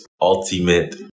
ultimate